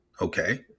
okay